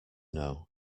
know